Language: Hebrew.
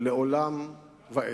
לעולם ועד.